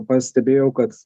pastebėjau kad